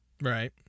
Right